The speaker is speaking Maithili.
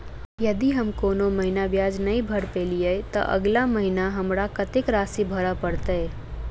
यदि हम कोनो महीना ब्याज नहि भर पेलीअइ, तऽ अगिला महीना हमरा कत्तेक राशि भर पड़तय?